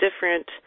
different